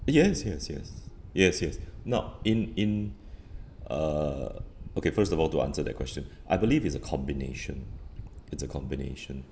yes yes yes yes yes no in in uh okay first of all to answer that question I believe it's a combination it's a combination